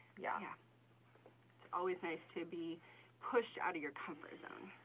yeah yeah it's always nice to be pushed out of your comfort zone.